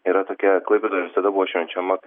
yra tokia klaipėdoj visada buvo švenčiama